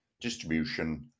distribution